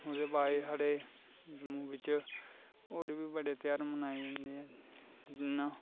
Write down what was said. उ'दे बाद होर बी बड़े त्यहार मनाए जंदे जियां